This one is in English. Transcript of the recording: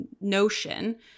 notion